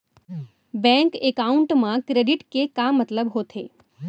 Bank account मा credit के का मतलब होथे?